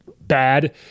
bad